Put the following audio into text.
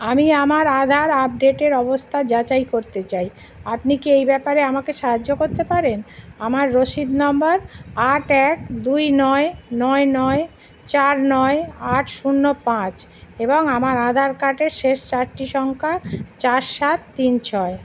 আমি আমার আধার আপডেটের অবস্থা যাচাই করতে চাই আপনি কি এই ব্যাপারে আমাকে সাহায্য করতে পারেন আমার রসিদ নাম্বার আট এক দুই নয় নয় নয় চার নয় আট শূন্য পাঁচ এবং আমার আধার কার্ডের শেষ চারটি সংখ্যা চার সাত তিন ছয়